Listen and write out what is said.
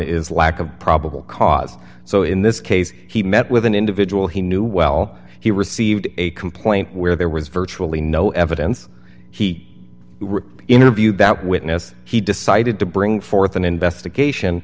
is lack of probable cause so in this case he met with an individual he knew well he received a complaint where there was virtually no evidence he interviewed that witness he decided to bring forth an investigation